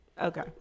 okay